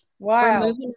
Wow